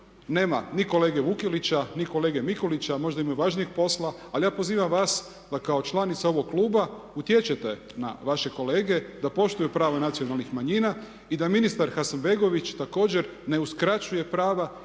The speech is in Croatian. nema ni kolege Vukelića, ni kolege Mikulića, možda imaju važnijeg posla. Ali ja pozivam vas da kao članica ovog kluba utječete na vaše kolege da poštuju prava nacionalnih manjina. I da ministar Hasanbegović također ne uskraćuje prava